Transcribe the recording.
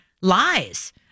lies